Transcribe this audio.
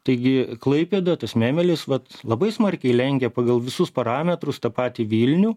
taigi klaipėda tas memelis vat labai smarkiai lenkė pagal visus parametrus tą patį vilnių